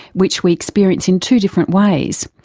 which we experience in two different ways.